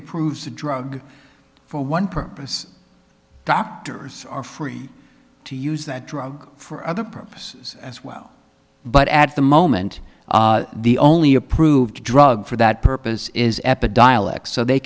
approves a drug for one purpose doctors are free to use that drug for other purposes as well but at the moment the only approved drug for that purpose is epa dialects so they